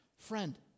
Friend